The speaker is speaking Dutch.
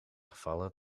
gevallen